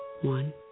One